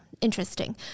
Interesting